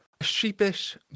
sheepish